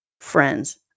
Friends